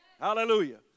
Hallelujah